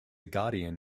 guardian